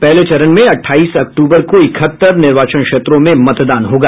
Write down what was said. पहले चरण में अट्ठाईस अक्टूबर को इकहत्तर निर्वाचन क्षेत्रों में मतदान होगा